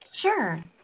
Sure